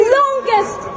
longest